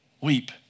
weep